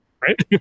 right